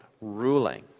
ruling